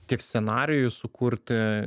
tiek scenarijui sukurti